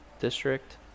district